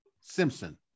Simpson